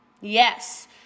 Yes